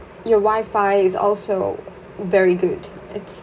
your wi-fi is also very good it's